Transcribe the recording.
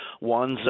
one's